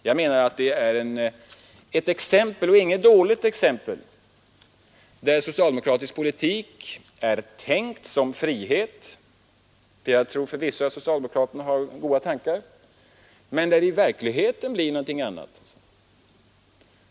Jag menar att detta är ett exempel, och inget dåligt exempel, där en socialdemokratisk politik är tänkt att gynna friheten — jag tror förvisso att socialdemokraterna har goda tankar — men där det i verkligheten blir något annat.